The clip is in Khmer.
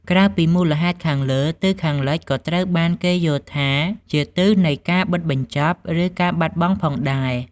ក្រៅពីមូលហេតុខាងលើ ទិសខាងលិចក៏ត្រូវបានគេយល់ថាជាទិសនៃការបិទបញ្ចប់ ឬការបាត់បង់ផងដែរ។